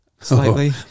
slightly